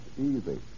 easy